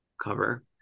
cover